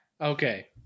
Okay